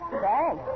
Thanks